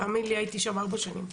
תאמין לי, הייתי שם ארבע שנים.